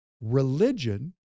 religion